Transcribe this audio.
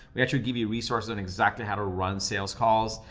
we actually give you resources in exactly how to run sales calls.